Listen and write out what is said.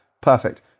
perfect